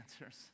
answers